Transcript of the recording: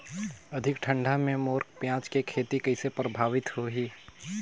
अधिक ठंडा मे मोर पियाज के खेती कइसे प्रभावित होही?